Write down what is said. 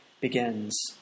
begins